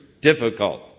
difficult